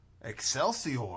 Excelsior